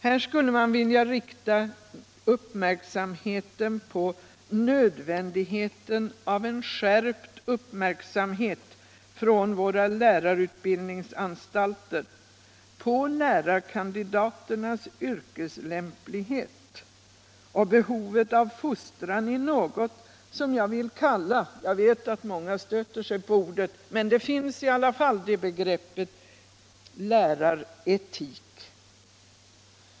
Här skulle man vilja betona nödvändigheten av en skärpt uppmärksamhet från våra lärarutbildningsanstalter på lärarkandidaternas yrkeslämplighet och behovet av fostran i något som jag vill kalla — jag vet att många stöter sig på ordet, men begreppet finns i alla fall — läraretik.